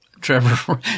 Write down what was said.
Trevor